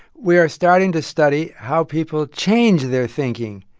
we are starting to study how people change their thinking.